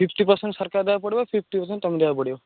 fifty percent ସରକାର ଦେବାକୁ ପଡ଼ିବ ଫିପଟୀ ପରସେଣ୍ଟ ତୁମେ ଦବାକୁ ପଡ଼ିବ